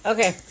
Okay